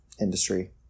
industry